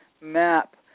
map